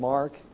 Mark